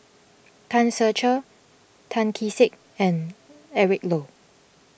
Tan Ser Cher Tan Kee Sek and Eric Low